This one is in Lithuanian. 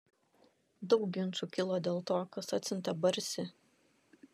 daug ginčų kilo dėl to kas atsiuntė barsį